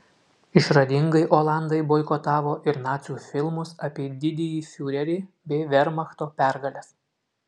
išradingai olandai boikotavo ir nacių filmus apie didįjį fiurerį bei vermachto pergales